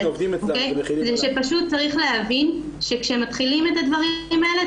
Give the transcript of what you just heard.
זה שפשוט צריך להבין שכשמתחילים את הדברים האלה,